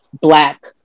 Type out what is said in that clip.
black